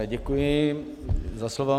Děkuji za slovo.